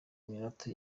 minota